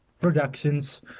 Productions